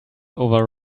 over